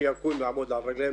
שיקום ויעמוד על הרגליים,